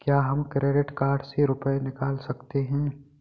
क्या हम credit card से रुपये निकाल सकते हैं?